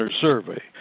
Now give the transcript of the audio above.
survey